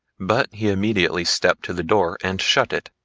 but he immediately stepped to the door and shut it.